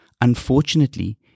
Unfortunately